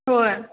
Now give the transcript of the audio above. होय